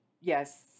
yes